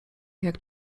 jak